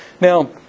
Now